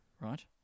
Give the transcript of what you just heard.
right